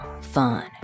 fun